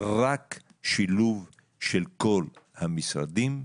רק שילוב של כל המשרדים,